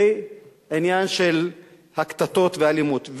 ועניין של הקטטות והאלימות,